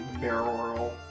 barrel